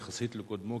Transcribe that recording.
יחסית לקודמו,